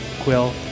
Quill